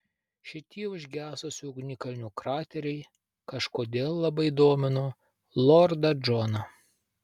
šitie užgesusių ugnikalnių krateriai kažkodėl labai domino lordą džoną